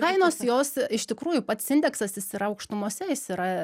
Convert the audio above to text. kainos jos iš tikrųjų pats indeksas jis yra aukštumose jis yra